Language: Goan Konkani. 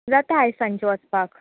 जाता आयज सांचे वचपाक